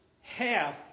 half